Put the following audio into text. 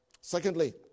Secondly